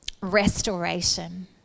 restoration